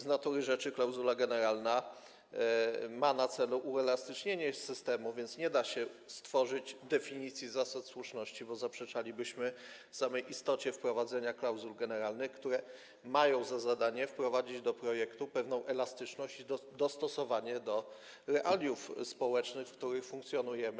Z natury rzeczy klauzula generalna ma na celu uelastycznienie systemu, więc nie da się stworzyć definicji zasad słuszności, bo zaprzeczylibyśmy samej istocie wprowadzenia klauzul generalnych, które mają za zadanie wprowadzić do projektu pewnego rodzaju elastyczność i dostosowanie regulacji do realiów społecznych, w których funkcjonujemy.